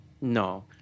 No